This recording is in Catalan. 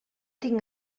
tinc